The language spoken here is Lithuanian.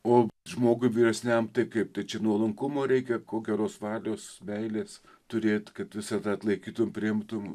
o žmogui vyresniam tai kaip tai čia nuolankumo reikia ko geros valios meilės turėt kad visa tai atlaikytum priimtum